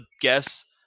guess